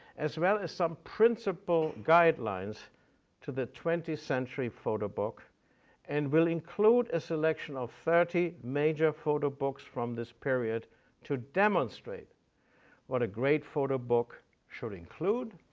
as well as some principal guidelines to the twenty century photo book and will include a selection of thirty major photo books from this period to demonstrate what a great photo book should include